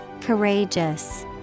courageous